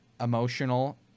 emotional